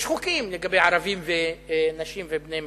יש חוקים לגבי ערבים, נשים ובני מיעוטים.